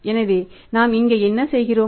எனவே நாம் இங்கே என்ன செய்கிறோம்